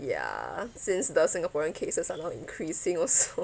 ya since the singaporean cases are not increasing also